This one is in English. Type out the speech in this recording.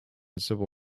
civil